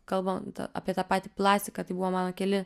kalbant apie tą patį plastiką tai buvo mano keli